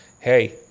Hey